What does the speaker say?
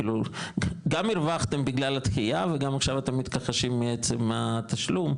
כאילו גם הרווחתם בגלל הדחייה וגם עכשיו אתם מתכחשים מעצם התשלום,